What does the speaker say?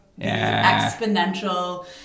exponential